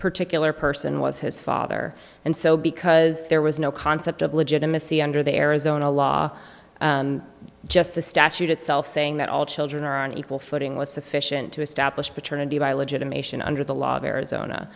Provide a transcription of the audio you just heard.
particular person was his father and so because there was no concept of legitimacy under the arizona law just the statute itself saying that all children are on equal footing was sufficient to establish paternity by legitimation under the law of arizona